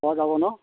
পোৱা যাব ন